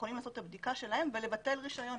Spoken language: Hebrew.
יכולים לעשות את הבדיקה שלהם ולבטל רישיון.